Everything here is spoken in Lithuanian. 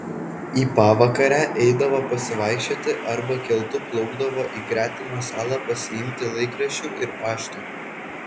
į pavakarę eidavo pasivaikščioti arba keltu plaukdavo į gretimą salą pasiimti laikraščių ir pašto